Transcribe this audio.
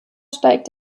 stieg